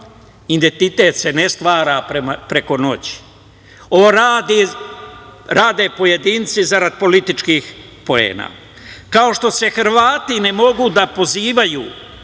identitet se ne stvara preko noći. Ovo rade pojedinci zarad političkih poena. Kao što se Hrvati ne mogu da pozivaju